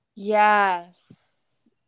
Yes